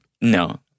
no